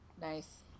Nice